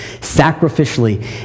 sacrificially